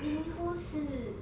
lee min ho 是